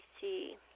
see